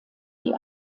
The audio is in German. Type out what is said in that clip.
die